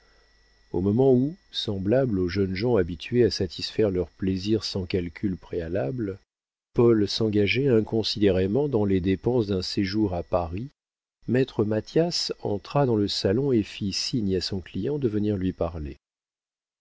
au moment où semblable aux jeunes gens habitués à satisfaire leurs plaisirs sans calcul préalable paul s'engageait inconsidérément dans les dépenses d'un séjour à paris maître mathias entra dans le salon et fit signe à son client de venir lui parler